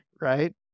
Right